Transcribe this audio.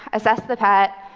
assessed the pet,